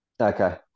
Okay